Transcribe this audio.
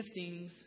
giftings